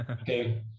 Okay